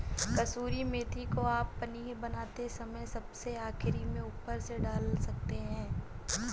कसूरी मेथी को आप पनीर बनाते समय सबसे आखिरी में ऊपर से डाल सकते हैं